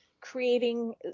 creating